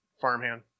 Farmhand